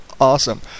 awesome